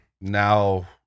Now